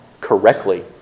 correctly